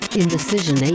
indecision